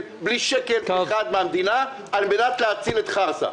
בלי שקל אחד מן המדינה על מנת להציל את חרסה.